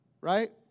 right